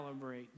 calibrate